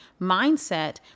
mindset